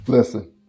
Listen